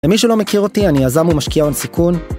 למי שלא מכיר אותי אני יזם ומשקיע הון סיכון